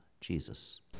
Jesus